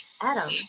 Adam